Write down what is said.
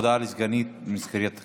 הודעה לסגנית מזכירת הכנסת.